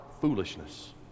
foolishness